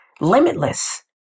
limitless